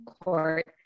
Court